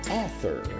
author